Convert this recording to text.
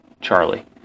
Charlie